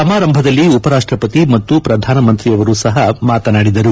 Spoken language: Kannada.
ಸಮಾರಂಭದಲ್ಲಿ ಉಪರಾಷ್ಟ್ರಪತಿ ಮತ್ತು ಪ್ರಧಾನಮಂತ್ರಿಯವರು ಸಹ ಮಾತನಾಡಿದರು